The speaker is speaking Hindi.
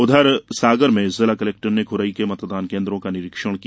उधर सागर में जिला कलेक्टर ने खुरई के मतदान केन्द्रों का निरीक्षण किया